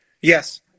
yes